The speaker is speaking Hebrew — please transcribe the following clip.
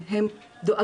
הם כן עוקבים אחרי הדברים,